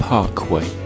Parkway